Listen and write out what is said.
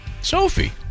Sophie